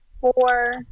four